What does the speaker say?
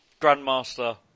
Grandmaster